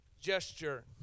gesture